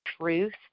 truth